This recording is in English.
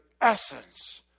essence